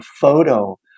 photo